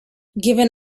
given